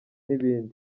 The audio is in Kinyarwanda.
ibindi